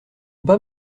pas